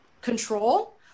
control